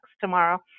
tomorrow